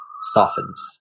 softens